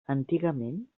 antigament